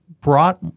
brought